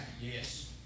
Yes